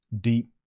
deep